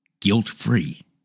guilt-free